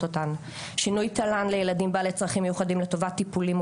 אותן: שינוי תל"ן לילדים בעלי צרכים מיוחדים לטובת טיפולים,